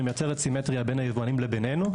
היא מייצרת סימטריה בין היבואנים לבינינו,